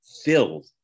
Filled